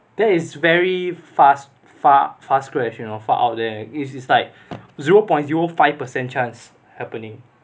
that is very fast far description far out it is like zero point zero five percent chance happening